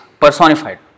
personified